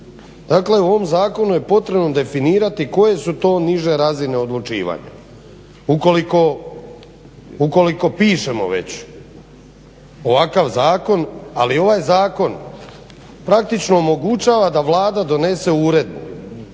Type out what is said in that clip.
Dakle u ovom zakonu je potrebno definirati koje su to niže razine odlučivanja. Ukoliko pišemo već ovakav zakon ali ovaj zakon praktično omogućava da Vlada donese uredbu,